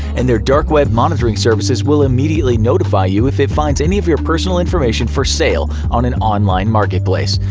and their dark web monitoring services will immediately notify you if it finds any of your personal information for sale on an online marketplace,